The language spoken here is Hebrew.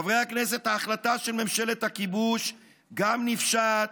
חברי הכנסת, ההחלטה של ממשלת הכיבוש גם נפשעת,